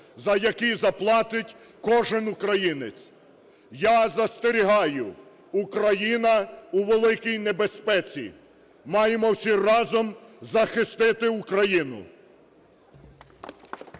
за який заплатить кожен українець. Я застерігаю: Україна у великій небезпеці. Маємо всі разом захистити Україну.